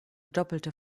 doppelte